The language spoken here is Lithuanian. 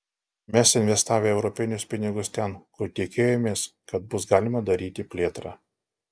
mes investavę europinius pinigus ten kur tikėjomės kad bus galima daryti plėtrą